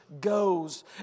goes